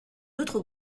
autre